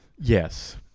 Yes